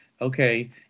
okay